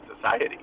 society